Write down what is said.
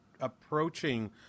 approaching